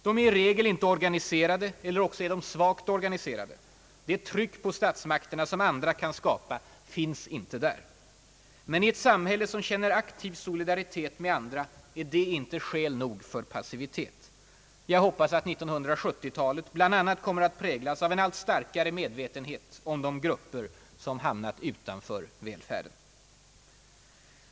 De är i regel inte organiserade eller också är de svagt organiserade — det tryck på statsmakterna som andra kan skapa finns inte där. Men i ett samhälle som känner aktiv solidaritet med andra är detta inte skäl nog för passivitet. Jag hoppas att 1970-talet bl.a. kommer att präglas av en allt starkare medvetenhet om de grupper som hamnat utanför välfärden.